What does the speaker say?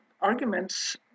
arguments